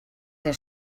der